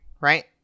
right